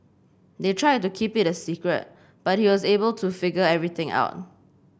they tried to keep it a secret but he was able to figure everything out